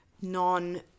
non